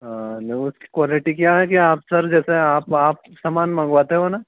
हाँ न उसकी क्वालिटी क्या है कि आप सर जैसे आप आप सामान मँगवाते हो न